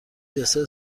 دسر